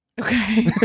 Okay